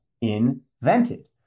invented